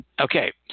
Okay